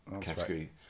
category